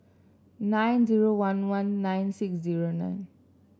nine zero one one nine six zero nine